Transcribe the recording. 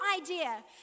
idea